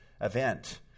event